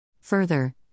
Further